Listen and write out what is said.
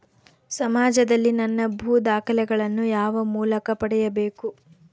ಸಮಾಜದಲ್ಲಿ ನನ್ನ ಭೂ ದಾಖಲೆಗಳನ್ನು ಯಾವ ಮೂಲಕ ಪಡೆಯಬೇಕು?